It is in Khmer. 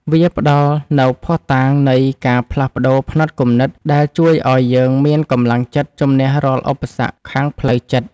វាផ្ដល់នូវភស្តុតាងនៃការផ្លាស់ប្តូរផ្នត់គំនិត ដែលជួយឱ្យយើងមានកម្លាំងចិត្តជម្នះរាល់ឧបសគ្គខាងផ្លូវចិត្ត។